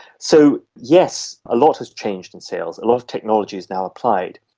so yes, a lot has changed in sales, a lot of technology is now applied.